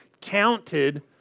counted